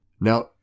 Now